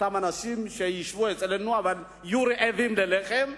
אותם אנשים, שישבו אצלנו אבל יהיו רעבים ללחם,